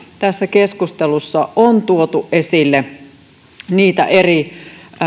tässä keskustelussa on tuotu esille eri